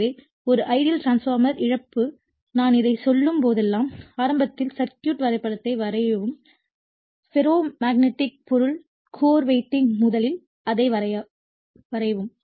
எனவே ஒரு ஐடியல் டிரான்ஸ்பார்மர்யில் இழப்பு நான் இதைச் சொல்லும் போதெல்லாம் ஆரம்பத்தில் சர்க்யூட் வரைபடத்தை வரையவும் ஃபெரோ மேக்னெட்டிக் ப் பொருள் கோர் வைண்டிங் முதலில் அதை வரையவும்